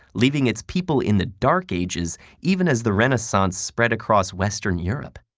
leaving its people in the dark ages even as the renaissance spread across western europe?